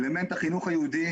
אלמנט החינוך היהודי.